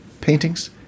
paintings